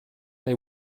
they